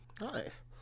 Nice